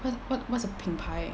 wha~ what what's a 品牌